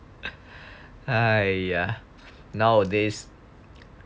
!aiya! nowadays